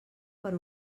per